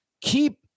keep